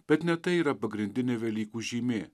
bet ne tai yra pagrindinė velykų žymė